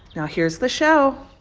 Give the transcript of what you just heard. now here's the show